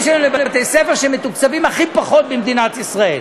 שלהם לבתי-ספר שמתוקצבים הכי פחות במדינת ישראל,